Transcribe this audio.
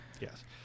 Yes